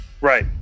Right